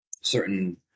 certain